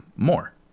more